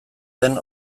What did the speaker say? den